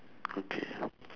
okay